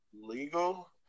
legal